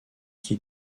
qui